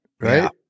right